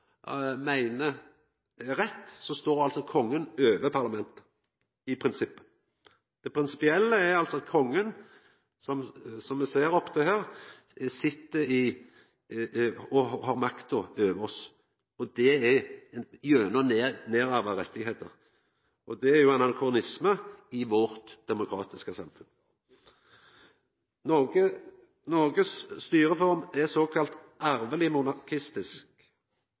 meiner er rett, står kongen over parlamentet, i prinsippet. Det prinsipielle er at kongen, som me ser opp til her, sit og har makta over oss. Det er gjennom nedarva rettigheiter. Det er ein anakronisme i vårt demokratiske samfunn. Noregs styreform er såkalla